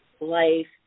life